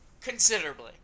Considerably